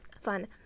fun